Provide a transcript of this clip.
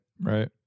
Right